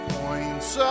points